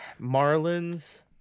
Marlins